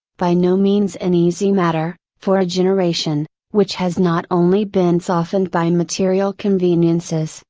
by no means an easy matter, for a generation, which has not only been softened by and material conveniences,